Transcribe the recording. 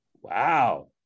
wow